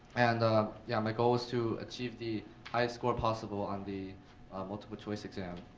and ah yeah my goal was to achieve the highest score possible on the multiple choice exam.